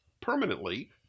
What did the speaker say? permanently